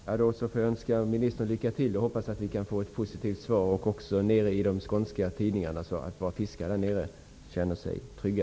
Fru talman! Då får jag önska jordbruksministern lycka till och hoppas att vi kan få ett positivt besked till de skånska tidningarna, så att våra fiskare där nere kan känna sig trygga.